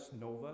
NOVA